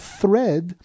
thread